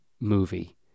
movie